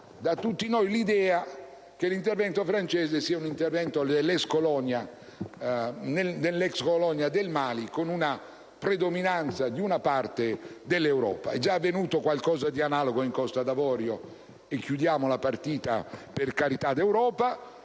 da tutti noi l'idea che l'intervento francese sia un intervento nella ex colonia del Mali con una predominanza di una parte dell'Europa (è già avvenuto qualcosa di analogo in Costa d'Avorio, e chiudiamo la partita, per carità d'Europa).